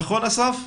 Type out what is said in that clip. נכון, אסף?